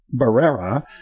barrera